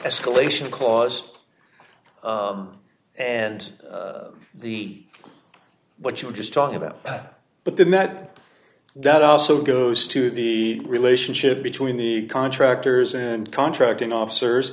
escalation cause and the what you were just talking about but then that that also goes to the relationship between the contractors and contracting officers